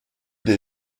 des